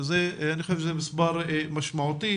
שאני חושב שזה מספר משמעותי,